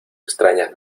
extrañas